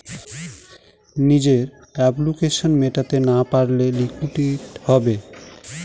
নিজের অব্লিগেশনস মেটাতে না পারলে লিকুইডিটি হবে